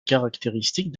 caractéristique